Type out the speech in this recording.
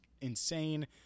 insane